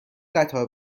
قطار